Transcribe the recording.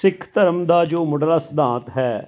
ਸਿੱਖ ਧਰਮ ਦਾ ਜੋ ਮੁੱਢਲਾ ਸਿਧਾਂਤ ਹੈ